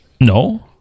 No